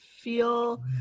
feel